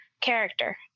character